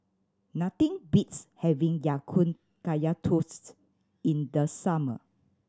nothing beats having Ya Kun Kaya Toast in the summer